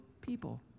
people